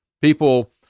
People